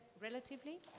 relatively